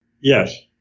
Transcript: Yes